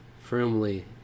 firmly